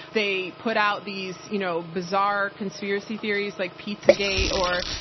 they put out these you know bizarre conspiracy theories like pizzagate or,